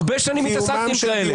הרבה שנים התעסקתי כאלה.